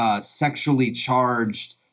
sexually-charged